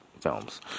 films